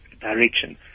direction